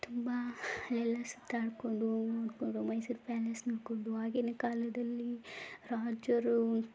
ತುಂಬ ಎಲ್ಲ ಸುತ್ತಾಡಿಕೊಂಡು ನೋಡಿಕೊಂಡು ಮೈಸೂರು ಪ್ಯಾಲೇಸ್ ನೋಡಿಕೊಂಡು ಆಗಿನ ಕಾಲದಲ್ಲಿ ರಾಜರು